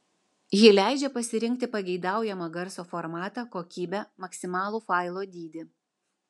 ji leidžia pasirinkti pageidaujamą garso formatą kokybę maksimalų failo dydį